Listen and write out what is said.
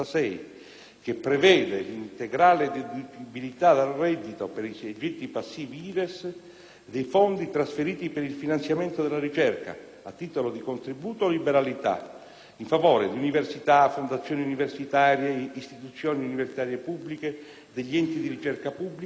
che prevede l'integrale deducibilità dal reddito, per i soggetti passivi IRES, dei fondi trasferiti per il finanziamento della ricerca, a titolo di contributo o liberalità, in favore di università, fondazioni universitarie, istituzioni universitarie pubbliche, enti di ricerca pubblici,